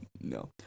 No